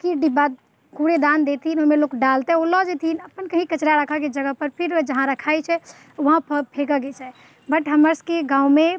कि डिब्बा कूड़ेदान देथिन ओहिमे लोग डालतै ओ लऽ जयथिन अपन कही कचरा राखेके जगह पर फिर ओ जहाँ रखैत छै वहाँ फेकऽ के छै बट हमर सबकेँ गाँवमे